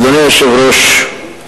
אדוני היושב-ראש,